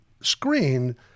screen